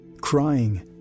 Crying